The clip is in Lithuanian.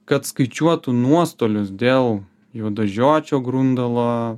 kad skaičiuotų nuostolius dėl juodažiočio grundalo